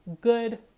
Good